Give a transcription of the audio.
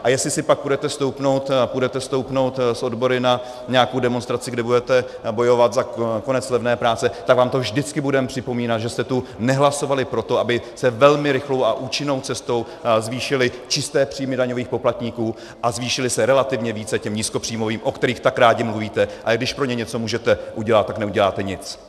A jestli si pak půjdete stoupnout s odbory na nějakou demonstraci, kde budete bojovat za konec levné práce, tak vám to vždycky budeme připomínat, že jste tu nehlasovali pro to, aby se velmi rychlou a účinnou cestou zvýšily čisté příjmy daňových poplatníků a zvýšily se relativně více těm nízkopříjmovým, o kterých tak rádi mluvíte, ale když pro ně něco můžete udělat, tak neuděláte nic.